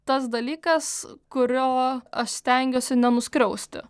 tas dalykas kurio aš stengiuosi nenuskriausti